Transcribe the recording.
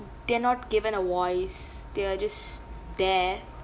they're not given a voice they are just there